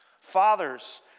Fathers